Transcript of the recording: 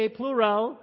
plural